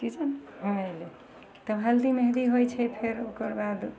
की सब भऽ एलय तऽ हल्दी मेहन्दी होइ छै फेर ओकरबाद